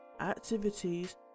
activities